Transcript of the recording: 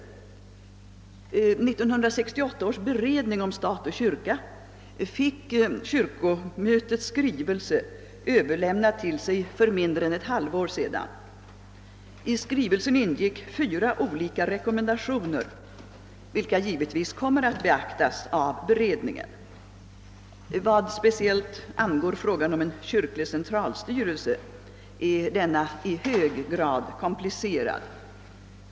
1968 års beredning om stat och kyrka fick kyrkomötets skrivelse överlämnad till sig för mindre än ett halvår sedan. I skrivelsen ingick fyra olika rekommendationer, vilka givetvis kommer att beaktas av beredningen. Vad speciellt angår frågan om en kyrklig centralstyrelse är denna i hög grad komplicerad.